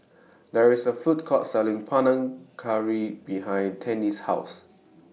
There IS A Food Court Selling Panang Curry behind Tinnie's House